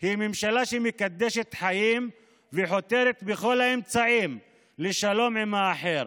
היא ממשלה שמקדשת חיים וחותרת בכל האמצעים לשלום עם האחר,